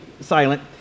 silent